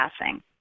passing